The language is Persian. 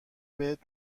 بهت